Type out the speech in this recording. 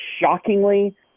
Shockingly